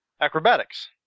Acrobatics